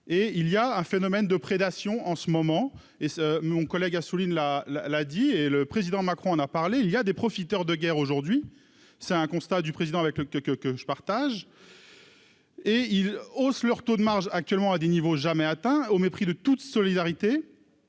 et il y a un phénomène de prédation en ce moment, et ce, mon collègue a souligne la la la, dis, et le président Macron a parlé il y a des profiteurs de guerre aujourd'hui, c'est un constat du président avec le que que que je partage et ils haussent leur taux de marge actuellement à des niveaux jamais atteints au mépris de toute solidarité